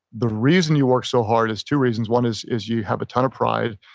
the reason you work so hard is two reasons. one, is is you have a ton of pride.